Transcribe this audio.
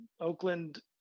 Oakland